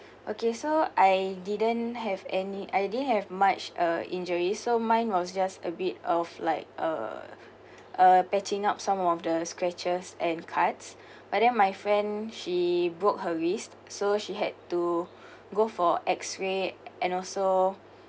okay so I didn't have any I didn't have much uh injury so mine was just a bit of like uh uh padding up some of the scratches and cuts but then my friend she broke her wrist so she had to go for X ray and also